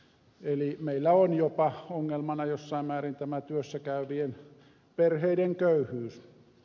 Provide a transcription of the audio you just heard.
eli meillä on jopa ongelmana jossain määrin tämä työssä käyvien perheiden köyhyys